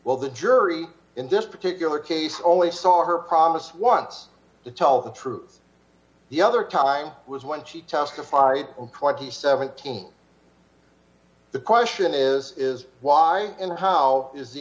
well the jury in this particular case only saw her promise once to tell the truth the other time was when she testified crikey seventeen the question is is why and how is the